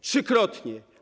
Trzykrotnie.